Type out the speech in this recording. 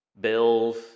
bills